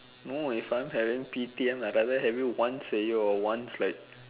no if I'm having P_T_M I doesn't have it once year or once like